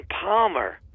Palmer